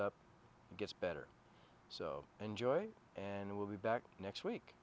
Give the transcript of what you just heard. up gets better so enjoy and we'll be back next week